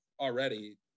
already